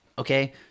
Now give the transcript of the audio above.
Okay